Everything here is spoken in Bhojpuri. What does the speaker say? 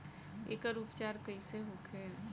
एकर उपचार कईसे होखे?